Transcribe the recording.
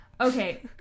okay